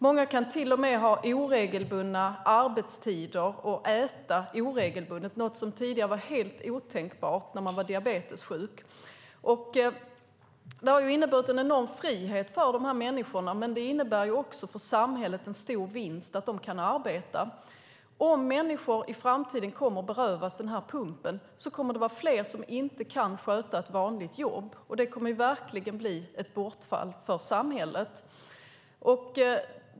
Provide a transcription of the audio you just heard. Många kan till och med ha oregelbundna arbetstider och äta oregelbundet, vilket tidigare var helt otänkbart för diabetessjuka. Det har inneburit en enorm frihet för de här människorna, men det innebär också en stor vinst för samhället att de kan arbeta. Om människor i framtiden kommer att berövas den här pumpen kommer det att vara fler som inte kan sköta ett vanligt jobb, och det kommer verkligen att bli ett bortfall för samhället.